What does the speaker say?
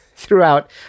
throughout